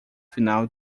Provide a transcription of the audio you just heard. final